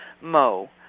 Mo